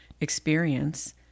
experience